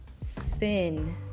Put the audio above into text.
sin